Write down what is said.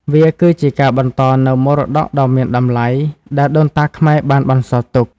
វាគឺជាការបន្តនូវមរតកដ៏មានតម្លៃដែលដូនតាខ្មែរបានបន្សល់ទុក។